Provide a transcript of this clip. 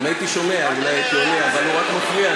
אם הייתי שומע אולי הייתי עונה, אבל הוא רק מפריע.